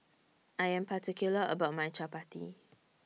I Am particular about My Chappati